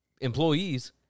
employees